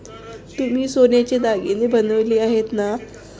तुम्ही सोन्याचे दागिने बनवले आहेत ना?